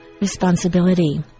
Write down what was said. responsibility